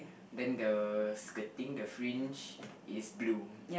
then the skirting the fringe is blue